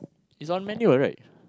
it's on manual what right